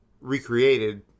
recreated